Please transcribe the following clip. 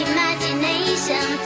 Imagination